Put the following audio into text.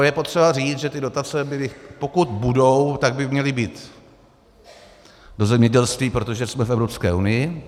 Je potřeba říct, že ty dotace byly pokud budou, tak by měly být do zemědělství, protože jsme v Evropské unii.